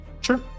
sure